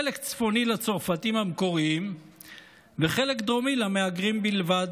חלק צפוני לצרפתים המקוריים וחלק דרומי למהגרים בלבד,